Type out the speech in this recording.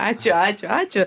ačiū ačiū ačiū